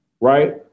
right